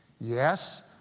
Yes